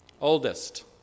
Oldest